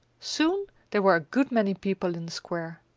soon there were a good many people in the square.